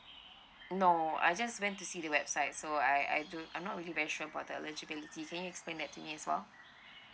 no I just went to see the website so I I do I'm not really very sure about the eligibility can you explain that to me as well